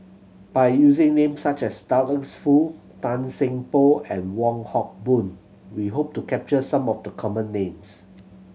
by using names such as Douglas Foo Tan Seng Poh and Wong Hock Boon we hope to capture some of the common names